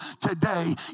today